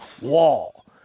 wall